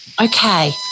Okay